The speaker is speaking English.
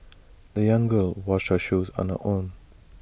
the young girl washed her shoes on her own